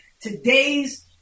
today's